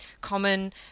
common